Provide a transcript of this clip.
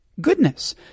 goodness